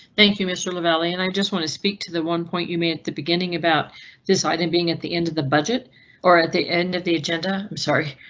thank you mr. lavalley and i just want to speak to the one point you may at the beginning. about this item. being at the end of the budget or at the end of the agenda. i'm sorry.